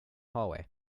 hallway